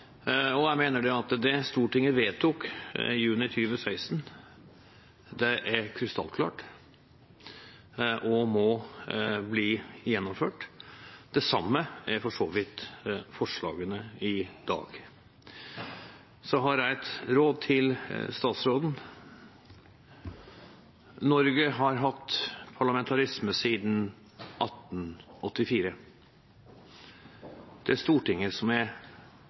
Jeg mener at det Stortinget vedtok i juni 2016, er krystallklart og må bli gjennomført. Det samme er for så vidt forslagene i dag. Så har jeg et råd til statsråden: Norge har hatt parlamentarisme siden 1884. Det er Stortinget som er